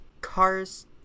Cars